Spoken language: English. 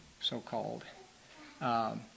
so-called